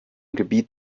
gebiet